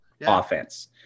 offense